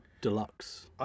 deluxe